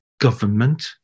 government